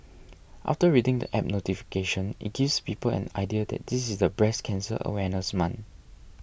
after reading the app notification it gives people an idea that this is the breast cancer awareness month